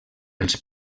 els